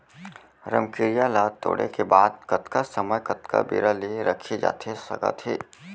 रमकेरिया ला तोड़े के बाद कतका समय कतका बेरा ले रखे जाथे सकत हे?